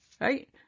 Right